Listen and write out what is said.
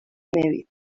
medio